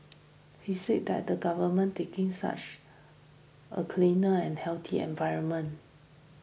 he said that the Government taking such a cleaner and healthier environment